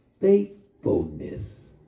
faithfulness